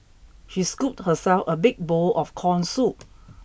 she scooped herself a big bowl of corn soup